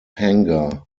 hangar